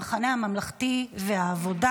המחנה הממלכתי והעבודה.